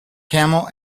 camel